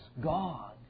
God